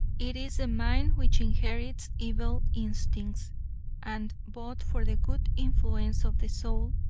it is the mind which inherits evil instincts and but for the good influence of the soul,